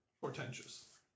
portentous